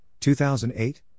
2008